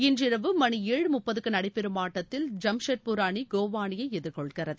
இன்றிரவு மணி ஏழு முப்பதுக்கு நடைபெறும் ஆட்டத்தில் ஜம்ஷெட்பூர் அணி கோவா அணியை எதிர்கொள்கிறது